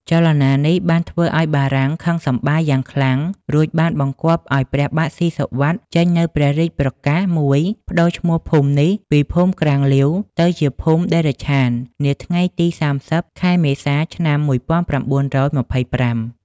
ចលនានេះបានធ្វើឱ្យបារាំងខឹងសម្បារយ៉ាងខ្លាំង រួចបានបង្គាប់ឱ្យព្រះបាទស៊ីសុវត្ថិចេញនូវព្រះរាជប្រកាសមួយប្ដូរឈ្មោះភូមិនេះពីភូមិក្រាំងលាវ ទៅជាភូមិតិរិច្ឆាន នាថ្ងៃទី ៣០ ខែមេសា ឆ្នាំ ១៩២៥។